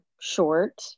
short